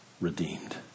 redeemed